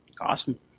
awesome